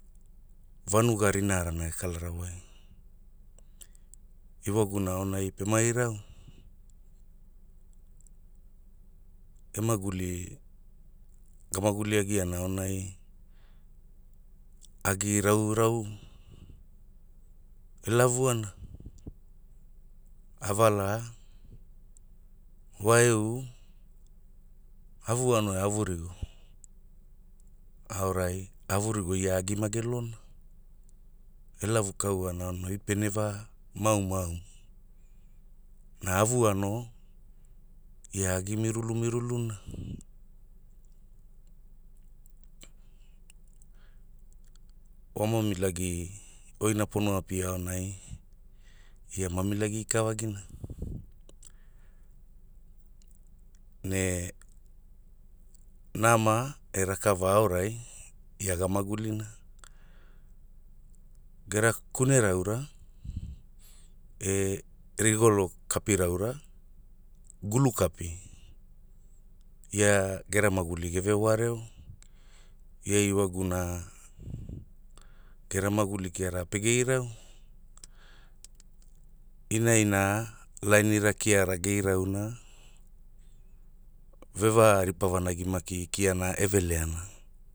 Vanuga rinarana ge kalara wai, ewagumuna aonai pema irau, e maguli, ga maguliagiana aonai, agi raurau, e lavuana. Avala, waeu, avuano e avurigo, aorai avurigo ia agi magelona, e lavu kaoana aonai oi pene va maumau mu, na avuano, ia agi mirulu miruluna. Wa mamilagi, oina pono apia aonai, ia mamilagi ikavagina ne, nama e rakava aorai, ia ga magulina, gera kunera aora e rigolo kapira aura, gulu kapi, ia, gera maguli ge ve ware o, ia ewagumuna, gera maguli kiara pege ma irau, inaina, laenira kiara ge irauna, ve veripa vanagi maki kiana eve leana.